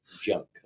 junk